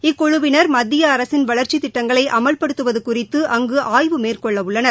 இக்குழுவினர் மத்திய அரசின் வளர்ச்சித் திட்டங்களை அமல்படுத்துவது குறித்து அங்கு ஆய்வு மேற்கொள்ளவுள்ளனர்